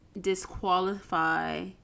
disqualify